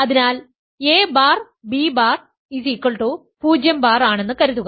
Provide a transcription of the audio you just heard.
അതിനാൽ a bar b bar 0 bar ആണെന്ന് കരുതുക